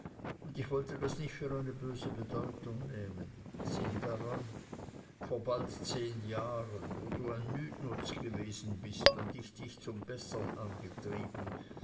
und ich wollte das nicht für eine böse bedeutung nehmen sinn daran vor bald zehn jahren wo du ein nütnutz gewesen bist und ich zum bessern dich angetrieben